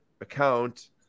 account